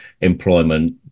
employment